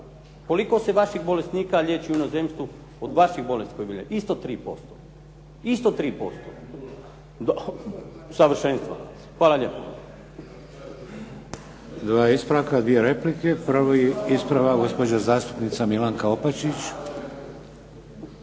Koliko se vaših bolesnika liječi u inozemstvu od vaših bolesti kojima? Isto 3%. Hvala lijepo. **Šeks, Vladimir (HDZ)** Dva ispravka, dvije replike. Prvi ispravak gospođa zastupnica Milanka Opačić.